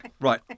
Right